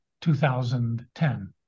2010